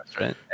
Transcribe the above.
right